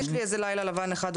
יש לי איזה לילה לבן אחד,